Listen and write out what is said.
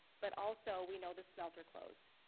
but also we know the smelter closed.